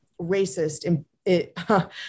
racist